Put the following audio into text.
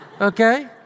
Okay